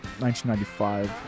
1995